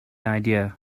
idea